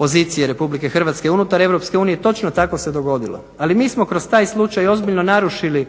pozicije Republike Hrvatske unutar EU. Točno tako se dogodilo. Ali mi smo kroz taj slučaj ozbiljno narušili